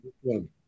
one